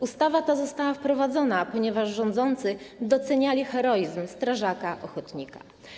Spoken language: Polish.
Ustawa ta została wprowadzona, ponieważ rządzący doceniali heroizm strażaka ochotnika.